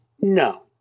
No